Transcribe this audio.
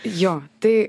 jo tai